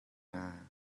hna